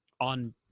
on